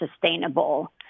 sustainable